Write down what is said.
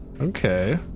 Okay